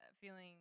feeling